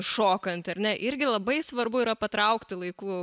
šokant ar ne irgi labai svarbu yra patraukti laiku